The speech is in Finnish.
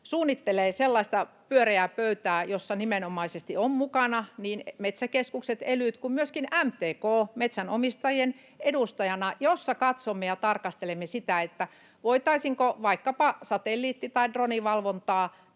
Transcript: suunnittelevat sellaista pyöreää pöytää, jossa nimenomaisesti ovat mukana niin metsäkeskukset ja elyt kuin myöskin MTK metsänomistajien edustajana ja jossa katsomme ja tarkastelemme sitä, voitaisiinko vaikkapa satelliitti- tai droonivalvontaa